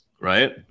Right